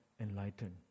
enlightened